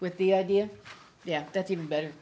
with the idea yeah that's even better